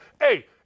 Hey